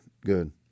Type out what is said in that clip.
good